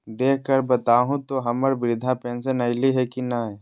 देख कर बताहो तो, हम्मर बृद्धा पेंसन आयले है की नय?